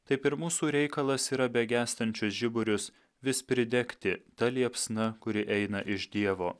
taip ir mūsų reikalas yra begęstančius žiburius vis pridegti ta liepsna kuri eina iš dievo